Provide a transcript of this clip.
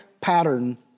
pattern